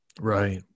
Right